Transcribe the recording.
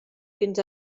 fins